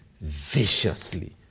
viciously